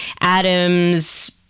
adam's